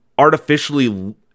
Artificially